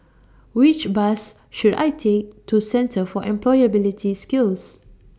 Which Bus should I Take to Centre For Employability Skills